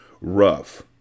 Rough